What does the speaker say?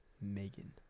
Megan